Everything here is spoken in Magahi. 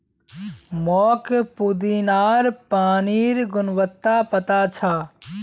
मोक पुदीनार पानिर गुणवत्ता पता छ